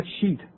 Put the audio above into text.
sheet